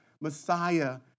Messiah